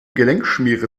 gelenkschmiere